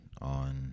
on